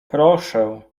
proszę